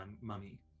mummy